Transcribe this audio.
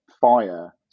fire